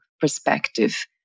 perspective